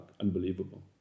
unbelievable